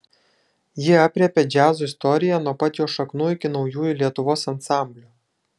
ji aprėpia džiazo istoriją nuo pat jo šaknų iki naujųjų lietuvos ansamblių